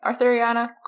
Arthuriana